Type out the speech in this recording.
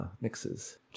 mixes